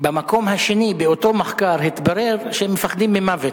במקום השני באותו מחקר התברר שהם מפחדים ממוות.